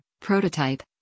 Prototype